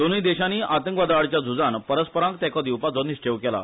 दोनूय देशांनी आतंकवादाआडच्या झूजान परस्परांक तेंको दिवपाचो निश्चेव केला